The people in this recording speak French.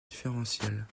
différentielles